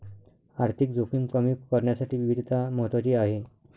आर्थिक जोखीम कमी करण्यासाठी विविधता महत्वाची आहे